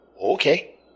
Okay